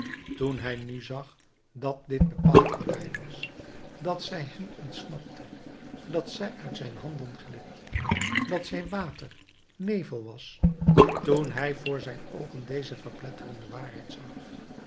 toen hij nu zag dat dit bepaald voorbij was dat zij hem ontsnapte dat zij uit zijn handen glipte dat zij water nevel was toen hij voor zijn oogen deze verpletterende waarheid zag